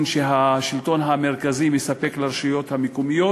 שהשלטון המרכזי מספק לרשויות המקומיות.